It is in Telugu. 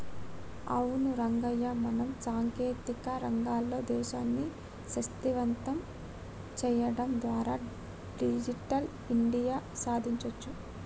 అవును రంగయ్య మనం సాంకేతిక రంగంలో దేశాన్ని శక్తివంతం సేయడం ద్వారా డిజిటల్ ఇండియా సాదించొచ్చు